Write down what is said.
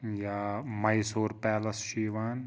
یا میسور پیلَس چھُ یِوان